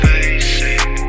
Facing